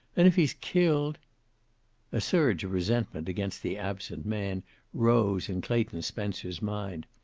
and if he's killed a surge of resentment against the absent man rose in clayton spencer's mind.